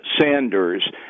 Sanders